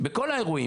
אלא בכל האירועים.